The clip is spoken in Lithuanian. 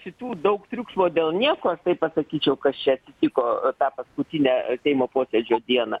šitų daug triukšmo dėl nieko taip pasakyčiau kas čia vyko tą paskutinę seimo posėdžio dieną